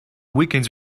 weekends